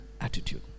attitude